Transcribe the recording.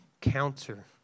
counter